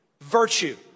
Virtue